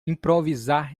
improvisar